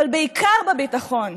אבל בעיקר בביטחון,